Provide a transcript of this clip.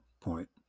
point